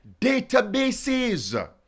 databases